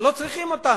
לא צריכים אותם?